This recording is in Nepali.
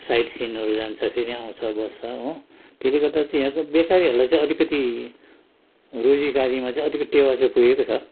साइट सिनहरू जान्छ फेरि आउँछ बस्छ हो त्यसले गर्दा चाहिँ यहाँको बेकारीहरूलाई चाहिँ अलिकति रोजीगारीमा चाहिँ अलिकति टेवा चाहिँ पुगेको छ